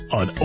on